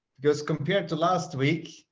because compared to last week,